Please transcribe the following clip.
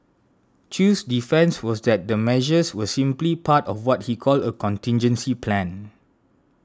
Chew's defence was that the measures were simply part of what he called a contingency plan